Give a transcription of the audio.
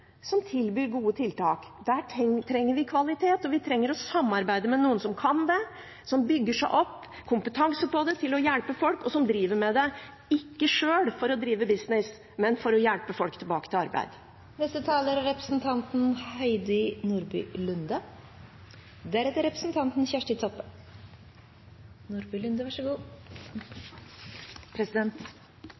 som tilbyr gode tiltak. Her trenger vi kvalitet, og vi trenger å samarbeide med noen som kan det, som bygger seg opp, som har kompetanse på å hjelpe folk, og som ikke driver med det for å drive business sjøl, men for å hjelpe folk tilbake til arbeid. En av fordelene ved ikke å ha vært politiker, men ansatt i privat næringsliv i 20 år først er